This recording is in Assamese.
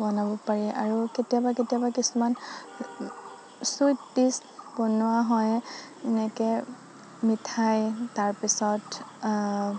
বনাব পাৰি আৰু কেতিয়াবা কেতিয়াবা কিছুমান ছুইট ডিছ বনোৱা হয় এনেকে মিঠাই তাৰপিছত